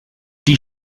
die